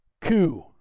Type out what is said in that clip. coup